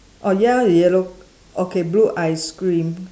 oh your yellow okay blue ice cream